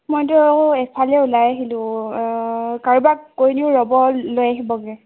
মইতো এফালে ওলাই আহিলোঁ কাৰোবাক কৈ দিওঁ ৰ'ব লৈ আহিবগৈ